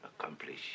accomplish